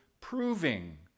proving